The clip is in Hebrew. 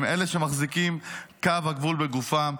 הם אלה שמחזיקים את קו הגבול בגופם.